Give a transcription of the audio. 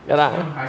ya lah